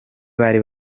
bari